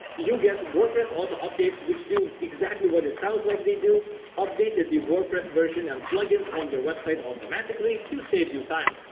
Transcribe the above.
you get wordpress auto updates which do exactly what it sounds like they do update if the wordpress version and plugins on your website automatically to save you time.